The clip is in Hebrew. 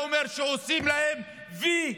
זה אומר שעושים להם "וי"